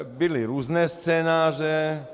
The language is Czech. Byly různé scénáře.